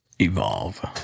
Evolve